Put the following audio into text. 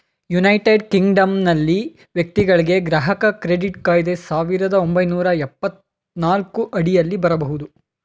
United ಕಿಂಗ್ಡಮ್ನಲ್ಲಿ ವ್ಯಕ್ತಿಗಳ್ಗೆ ಗ್ರಾಹಕ ಕ್ರೆಡಿಟ್ ಕಾಯ್ದೆ ಸಾವಿರದ ಒಂಬೈನೂರ ಎಪ್ಪತ್ತನಾಲ್ಕು ಅಡಿಯಲ್ಲಿ ಬರಬಹುದು